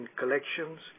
collections